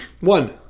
One